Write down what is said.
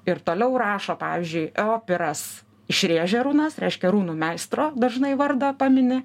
ir toliau rašo pavyzdžiui iopiras išrėžė runas reiškia runų meistro dažnai vardą pamini